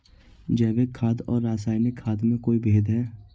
जैविक खाद और रासायनिक खाद में कोई भेद है?